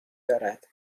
دارد